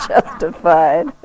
justified